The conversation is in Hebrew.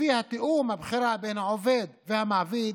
לפי הבחירה ובתיאום בין העובד למעביד,